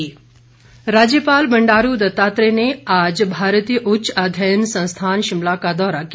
राज्यपाल राज्यपाल बंडारू दत्तात्रेय ने आज भारतीय उच्च अध्ययन संस्थान शिमला का दौरा किया